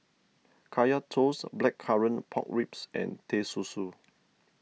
Kaya Toast Blackcurrant Pork Ribs and Teh Susu